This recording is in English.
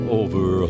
over